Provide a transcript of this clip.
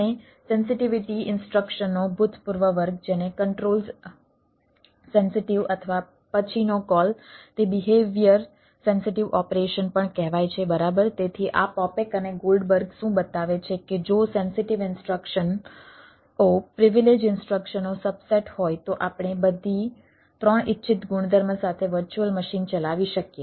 અને સેન્સિટીવિટી હોય તો આપણે બધી 3 ઇચ્છિત ગુણધર્મ સાથે વર્ચ્યુઅલ મશીન ચલાવી શકીએ